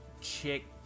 chick